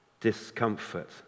discomfort